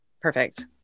Perfect